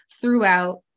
throughout